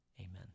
Amen